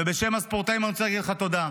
ובשם הספורטאים אני רוצה להגיד לך תודה.